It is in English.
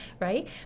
right